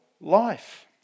life